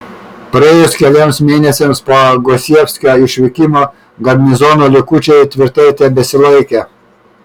praėjus keliems mėnesiams po gosievskio išvykimo garnizono likučiai tvirtai tebesilaikė